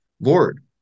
Lord